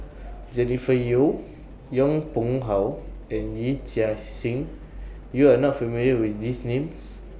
Jennifer Yeo Yong Pung How and Yee Chia Hsing YOU Are not familiar with These Names